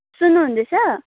सुन्नु हुँदैछ